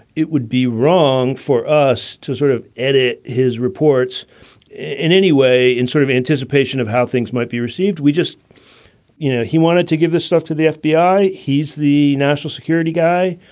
it would be wrong for us to sort of edit his reports in any way in sort of anticipation of how things might be received. we just you know, he wanted to give this stuff to the fbi. he's the national security guy.